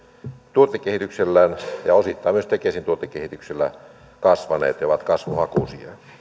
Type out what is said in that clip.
tuotekehityksellään ja osittain myös tekesin tuotekehityksellä kasvaneet ja ovat kasvuhakuisia